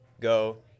go